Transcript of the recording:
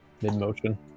Mid-motion